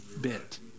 bit